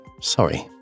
sorry